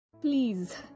please